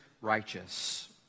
righteous